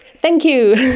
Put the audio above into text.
thank you.